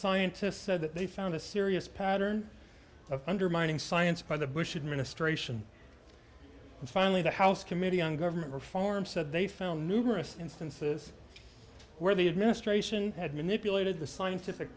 scientists said that they found a serious pattern of undermining science by the bush administration and finally the house committee on government reform said they found numerous instances where the administration had manipulated the scientific